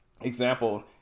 example